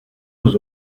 aux